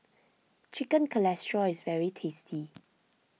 Chicken Casserole is very tasty